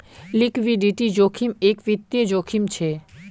liquidity जोखिम एक वित्तिय जोखिम छे